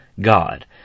God